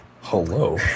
hello